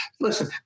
listen